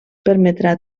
permetrà